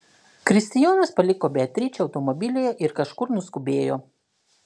kristijonas paliko beatričę automobilyje ir kažkur nuskubėjo